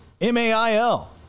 m-a-i-l